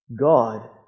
God